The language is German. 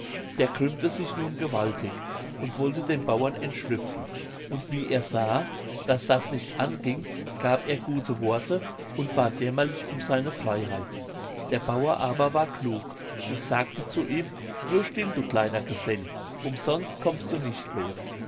der krümmte sich nun gewaltig und wollte dem bauern entschlüpfen und wie er sah daß das nicht anging gab er gute worte und bat jämmerlich um seine freiheit der bauer aber war klug und sagte zu ihm nur still du kleiner gesell umsonst kommst du nicht los